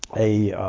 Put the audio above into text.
a